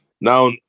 now